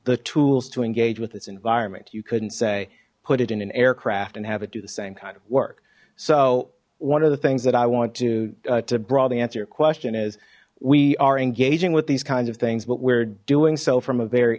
the tools to engage with its environment you couldn't say put it in an aircraft and have it do the same kind of work so one of the things that i want to to broad answer your question is we are engaging with these kinds of things but we're doing so from a very